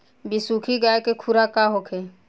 बिसुखी गाय के खुराक का होखे?